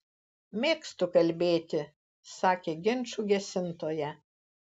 mėgstu kalbėti sakė ginčų gesintoja